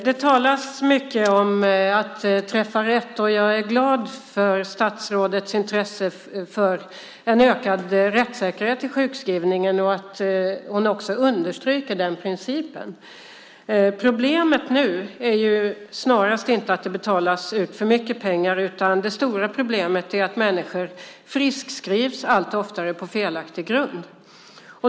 Det talas mycket om att träffa rätt, och jag är glad för statsrådets intresse för en ökad rättssäkerhet i sjukskrivningen och att hon också understryker den principen. Problemet nu är inte snarast att det betalas ut för mycket pengar, utan det stora problemet är att människor allt oftare friskskrivs på felaktig grund.